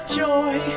joy